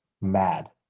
mad